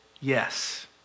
yes